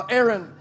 Aaron